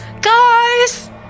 Guys